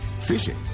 fishing